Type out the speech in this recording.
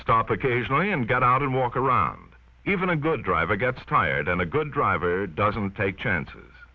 stop occasionally and get out and walk around even a good driver gets tired and a good driver doesn't take chances